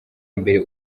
mbere